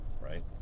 right